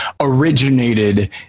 originated